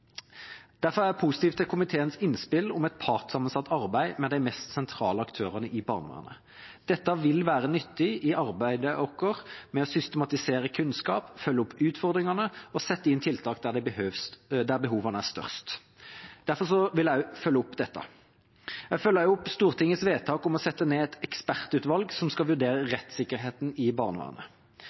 Derfor er jeg positiv til komiteens innspill om et partssammensatt arbeid med de mest sentrale aktørene i barnevernet. Dette vil være nyttig i arbeidet vårt med å systematisere kunnskap, følge opp utfordringene og sette inn tiltak der behovene er størst. Derfor vil jeg følge opp dette. Jeg følger også opp Stortingets vedtak om å sette ned et ekspertutvalg som skal vurdere rettssikkerheten i barnevernet.